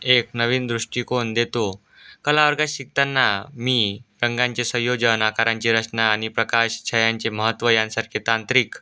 एक नवीन दृष्टिकोन देतो कला वर्गात शिकताना मी रंगांचे संयोजन आकारांची रचना आणि प्रकाश छायांचे महत्त्व यांसारखे तांत्रिक